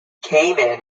cayman